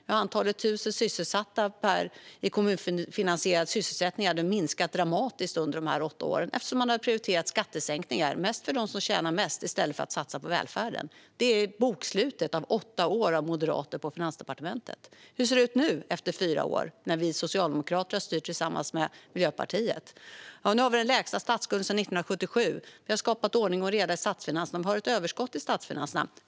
Jo, antalet tusen sysselsatta i kommunfinansierad sysselsättning hade minskat dramatiskt under dessa åtta år eftersom man hade prioriterat skattesänkningar - mest för dem som tjänar mest - i stället för att satsa på välfärden. Det är bokslutet för åtta år av moderater på Finansdepartementet. Hur ser det ut nu, efter fyra år, när vi socialdemokrater har styrt tillsammans med Miljöpartiet? Jo, nu har vi den lägsta statskulden sedan 1977. Vi har skapat ordning och reda i statsfinanserna och har ett överskott i statsfinanserna.